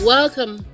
Welcome